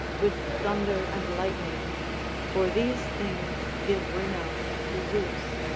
with thunder and lightning for these things give renown to zeus.